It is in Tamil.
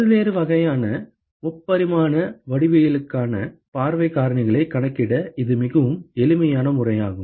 பல்வேறு வகையான முப்பரிமாண வடிவவியலுக்கான பார்வைக் காரணிகளைக் கணக்கிட இது மிகவும் எளிமையான முறையாகும்